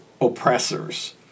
oppressors